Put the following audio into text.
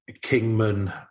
Kingman